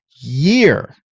year